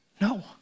No